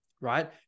right